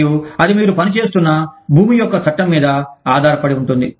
మరియు అది మీరు పనిచేస్తున్న భూమి యొక్క చట్టం మీద ఆధారపడి ఉంటుంది